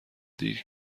دیر